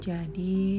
Jadi